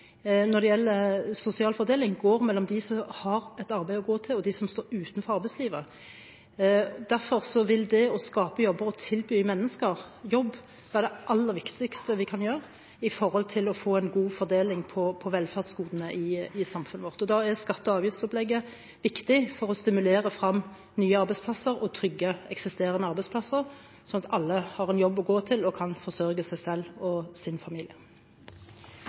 når det gjelder sosial fordeling, går mellom de som har et arbeid å gå til, og de som står utenfor arbeidslivet. Derfor vil det å skape jobber og tilby mennesker jobb være det aller viktigste vi kan gjøre for å få en god fordeling av velferdsgodene i samfunnet vårt. Da er skatte- og avgiftsopplegget viktig for å stimulere til nye arbeidsplasser og trygge eksisterende arbeidsplasser, sånn at alle har en jobb å gå til og kan forsørge seg selv og sin familie.